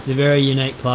very unique